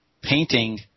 painting